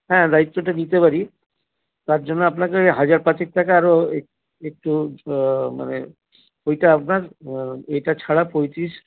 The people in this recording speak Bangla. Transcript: হ্যাঁ দায়িত্বটা নিতে পারি তার জন্য আপনাকে ঐ হাজার পাঁচেক টাকা আরও একটু মানে ওইটা আপনার এটা ছাড়া পঁয়ত্রিশ